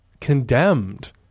condemned